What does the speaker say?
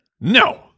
No